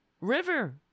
River